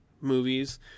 movies